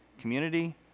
community